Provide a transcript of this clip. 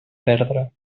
perdre